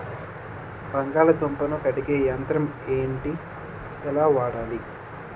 బంగాళదుంప ను కడిగే యంత్రం ఏంటి? ఎలా వాడాలి?